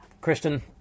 Kristen